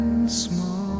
small